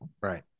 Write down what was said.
Right